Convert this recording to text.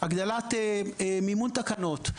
הגדלת מימון תקנות.